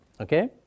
okay